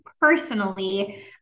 Personally